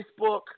Facebook